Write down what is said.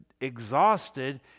exhausted